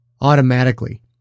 Automatically